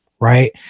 right